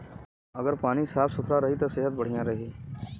अगर पानी साफ सुथरा रही त सेहत बढ़िया रही